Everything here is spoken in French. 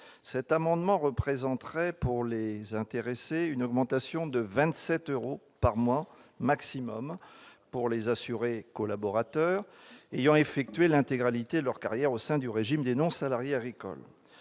cet amendement représenterait, pour les intéressés, une augmentation de 27 euros par mois maximum, pour les assurés collaborateurs ayant effectué l'intégralité de leur carrière au sein du régime des non-salariés agricoles.